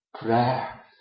prayer